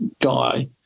guy